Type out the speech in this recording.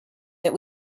that